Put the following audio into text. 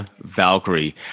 Valkyrie